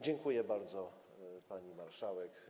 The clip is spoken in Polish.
Dziękuję bardzo, pani marszałek.